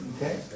Okay